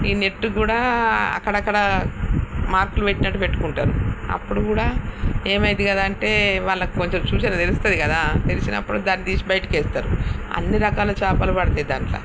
ఈ నెట్టు కూడా అక్కడక్కడ మార్కులు పెట్టినట్టు పెట్టుకుంటారు అప్పుడు కూడా ఏమవుతుంది కదా అంటే వాళ్ళకొంచెం చూసేకి తెలుస్తుంది కదా తెలిసినప్పుడు దాని తీసి బయటికి వేస్తారు అన్ని రకాల చేపలు పడతాయి దాంట్లో